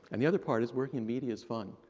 and the other part is working in media is fun.